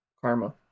karma